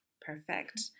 Perfect